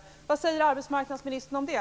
Vad säger arbetsmarknadsministern om det?